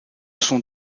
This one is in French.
sont